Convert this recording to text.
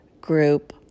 group